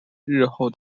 日后